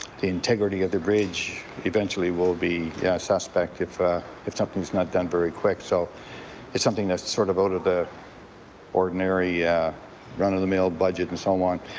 the integrity of the bridge eventually will be suspect if if something's not done very quick. so it's something that's, sort of, out of the ordinary run of the mill budget and so on.